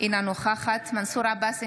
אינה נוכחת מנסור עבאס,